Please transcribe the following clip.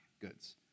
goods